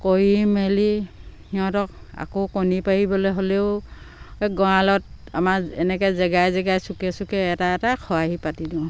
কৰি মেলি সিহঁতক আকৌ কণী পাৰিবলে হ'লেও গঁৰালত আমাৰ এনেকে জেগাই জেগাই চুকে চুকে এটা এটা খৰাহি পাতি দিওঁ